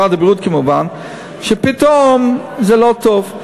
ומשרד הבריאות, כמובן, פתאום זה לא טוב.